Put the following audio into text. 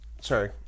Sorry